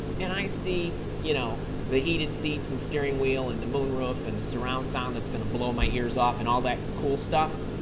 and i see you know the heated seats and steering wheel and the moon roof and the surround sound that's going to blow my ears off and all that cool stuff,